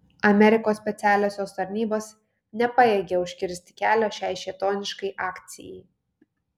amerikos specialiosios tarnybos nepajėgė užkirsti kelio šiai šėtoniškai akcijai